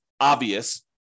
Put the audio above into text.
obvious